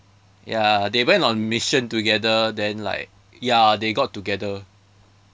ya they went on mission together then like ya they got together